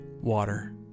water